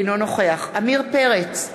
אינו נוכח עמיר פרץ,